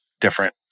different